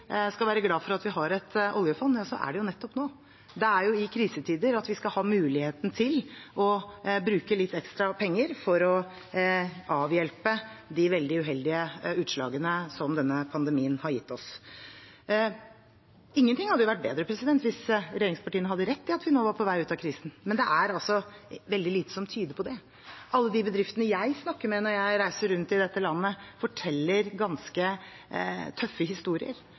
har et oljefond, er det nettopp nå. Det er i krisetider vi skal ha muligheten til å bruke litt ekstra penger, for å avhjelpe de veldig uheldige utslagene som denne pandemien har gitt oss. Ingenting hadde vært bedre enn om regjeringspartiene hadde rett i at vi nå var på vei ut av krisen, men det er altså veldig lite som tyder på det. Alle de bedriftene jeg snakker med når jeg reiser rundt i dette landet, forteller ganske tøffe historier,